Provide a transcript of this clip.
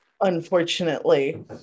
unfortunately